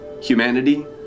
humanity